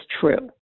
true